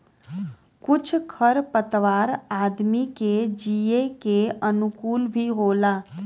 कुछ खर पतवार आदमी के जिये के अनुकूल भी होला